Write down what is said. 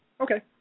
Okay